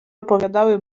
opowiadały